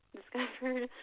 discovered